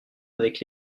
avec